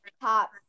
top